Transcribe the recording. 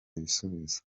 ibisubizo